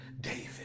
David